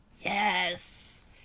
Yes